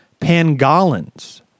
pangolins